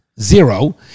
Zero